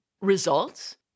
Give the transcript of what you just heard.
Results